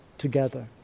together